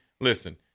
listen